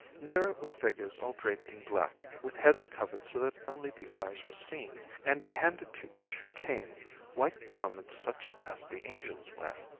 nearer were figures all draped in black, with heads covered so that only the eyes were seen, and they handed to each who came white garments such as the angels wear.